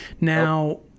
Now